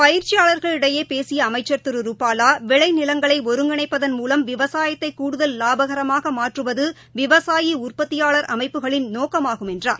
பயிற்சியாளர்களினடயே பேசிய அனமச்சர் திரு ரூப்பாலா விளைநிலங்களை ஒருங்கிணைப்பதன் மூலம் விவசாயத்தை கூடுதல் லாபனரமாக மாற்றுவது விவசாயி உற்பத்தியாளர் அமைப்புகளின் நோக்கமாகும் என்றார்